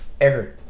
eric